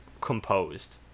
composed